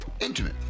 Intimate